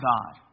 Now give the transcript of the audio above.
God